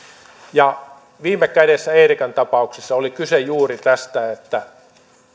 viime kädessä eerikan tapauksessa oli kyse juuri tästä että